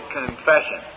confession